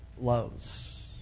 lows